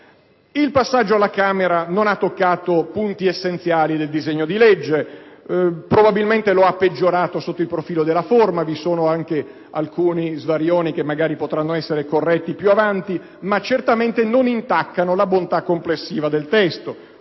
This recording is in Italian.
Il passaggio alla Camera non ha toccato punti essenziali del disegno di legge. Probabilmente lo ha peggiorato sotto il profilo della forma. Vi sono anche alcuni svarioni che magari potranno essere corretti in seguito, ma non intaccano la bontà complessiva del testo.